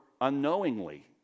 unknowingly